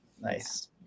Nice